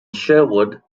sherwood